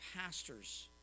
pastors